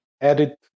edit